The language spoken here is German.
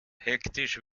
hektisch